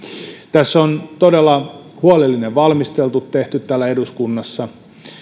tässä on todella huolellinen valmistelu tehty täällä eduskunnassa